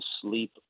sleep